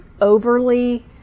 overly